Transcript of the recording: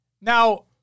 Now